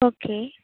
okay